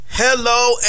Hello